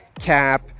Cap